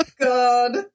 God